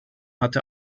hatte